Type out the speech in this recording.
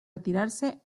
retirarse